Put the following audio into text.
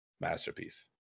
masterpiece